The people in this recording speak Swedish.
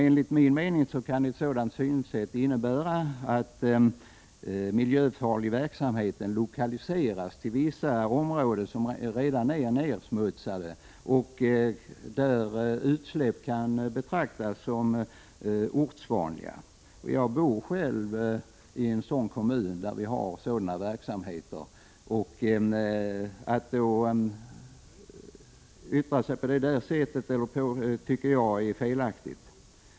Enligt min mening kan det innebära att miljöfarlig verksamhet lokaliseras till vissa områden som redan är nedsmutsade och där utsläpp kan betraktas som ortsvanliga. Jag bor själv i en kommun där vi har sådana verksamheter. Att yttra sig på det sättet tycker jag är felaktigt.